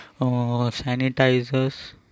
sanitizers